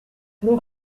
paul